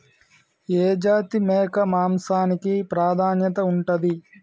ఏ జాతి మేక మాంసానికి ప్రాధాన్యత ఉంటది?